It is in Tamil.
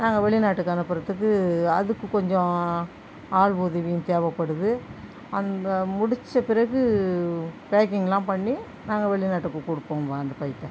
நாங்கள் வெளிநாட்டுக்கு அனுப்புறதுக்கு அதுக்கு கொஞ்சம் ஆள் உதவியும் தேவைப்படுது அந்த முடிச்ச பிறகு பேக்கிங்லாம் பண்ணி நாங்கள் வெளிநாட்டுக்கு கொடுப்போம்ப்பா அந்த பயிர்த்தை